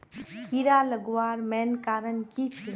कीड़ा लगवार मेन कारण की छे?